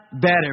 better